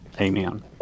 Amen